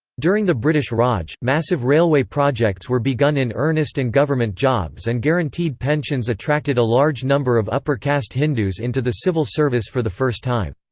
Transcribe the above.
during the british raj, massive railway projects were begun in earnest and government jobs and guaranteed pensions attracted a large number of upper caste hindus into the civil service for the first time.